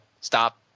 Stop